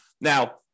Now